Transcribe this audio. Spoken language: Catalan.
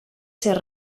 ser